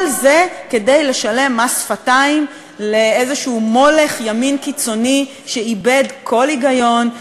כל זה כדי לשלם מס שפתיים לאיזה מולך ימין קיצוני שאיבד כל היגיון,